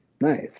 nice